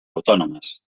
autònomes